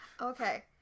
okay